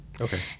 Okay